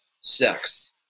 sex